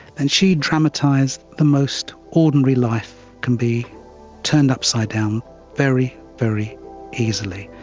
and she dramatised the most ordinary life can be turned upside down very, very easily,